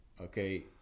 Okay